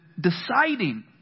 deciding